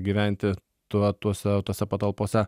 gyventi tuo tuose tose patalpose